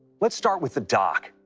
let's start with the dock.